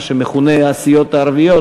מה שמכונה הסיעות הערביות,